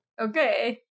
Okay